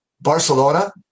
Barcelona